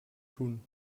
tun